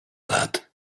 lat